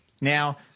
Now